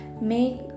Make